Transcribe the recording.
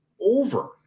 over